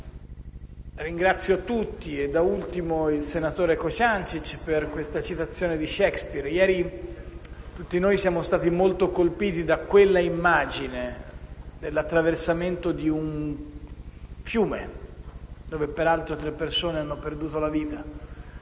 Ringrazio tutti e, da ultimo, il senatore Cociancich per la sua citazione di Shakespeare. Ieri tutti noi siamo rimasti molto colpiti da un'immagine che ritraeva l'attraversamento di un fiume, dove peraltro tre persone hanno perso la vita.